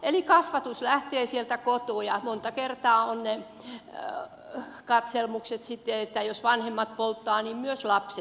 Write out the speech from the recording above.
eli kasvatus lähtee sieltä kotoa ja monta kertaa on niissä katselmuksissa sitten niin että jos vanhemmat polttavat niin myös lapset polttavat